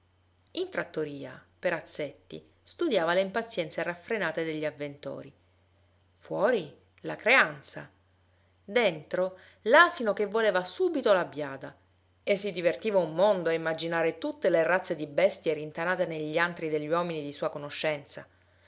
in trattoria perazzetti studiava le impazienze raffrenate degli avventori fuori la creanza dentro l'asino che voleva subito la biada e si divertiva un mondo a immaginare tutte le razze di bestie rintanate negli antri degli uomini di sua conoscenza